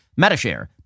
Metashare